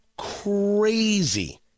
crazy